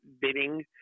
bidding